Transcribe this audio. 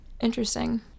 Interesting